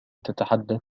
تتحدث